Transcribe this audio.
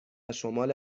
شمال